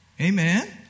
Amen